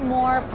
more